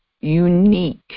unique